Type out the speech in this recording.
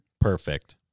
Perfect